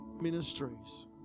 ministries